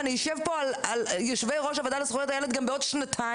ישבו פה יושבי-ראש הוועדה לזכויות הילד גם בעוד שנתיים,